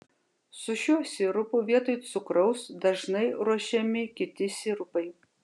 su šiuo sirupu vietoj cukraus dažnai ruošiami kiti sirupai